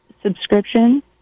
subscription